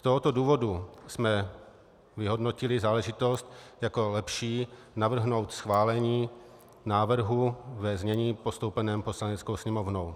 Z tohoto důvodu jsme vyhodnotili záležitost jako lepší navrhnout schválení návrhu ve znění postoupením Poslaneckou sněmovnou.